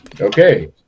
okay